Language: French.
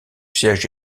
siège